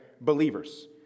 Believers